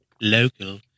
local